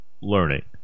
learning